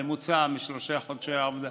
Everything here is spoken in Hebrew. ממוצע שלושת חודשי העבודה.